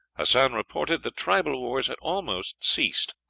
hassan reported that tribal wars had almost ceased,